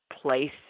place